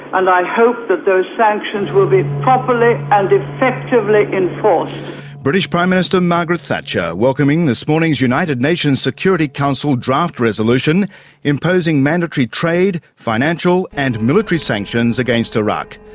and i hope that those sanctions will be properly and effectively enforced. british prime minister, margaret thatcher, welcoming this morning's united nations security council draft resolution imposing mandatory trade, financial and military sanctions against iraq.